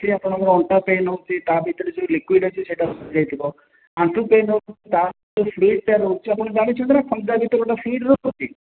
ଆପଣଙ୍କ ଅଣ୍ଟା ପେନ ହେଉଛି ତା ଭିତରେ ଯେଉଁ ଲିକ୍ଯୁଡ଼ ଅଛି ସେଇଟା ହଜି ଯାଇଥିବ ଆଣ୍ଠୁ ପେନ ହେଉଛି ତା ଭିତରେ ଫିଡ଼ଟେ ରହୁଛି ଆପଣ ଜାଣିଛନ୍ତି ନା ଫନଯା ଭିତରେ ଗୋଟେ ଫିଡ଼ ରହୁଛି